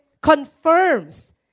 confirms